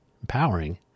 empowering